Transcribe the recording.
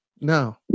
no